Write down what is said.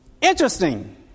interesting